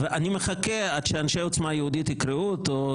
אני מחכה עד שאנשי עוצמה יהודית יקראו אותו,